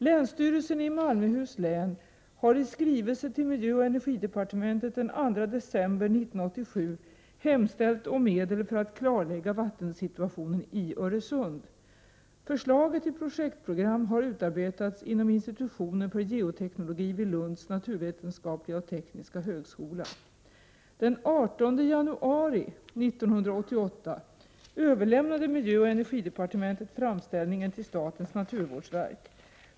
Länsstyrelsen i Malmöhus län har i skrivelse till miljöoch energidepartementet den 2 december 1987 hemställt om medel för att klarlägga vattensituationen i Öresund. Förslaget till projektprogram har utarbetats inom institutionen för geoteknologi vid Lunds naturvetenskapliga och tekniska högskola. Den 18 januari 1988 överlämnade miljöoch energidepartementet framställningen till statens naturvårdsverk.